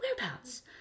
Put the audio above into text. whereabouts